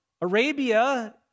Arabia